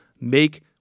make